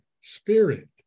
spirit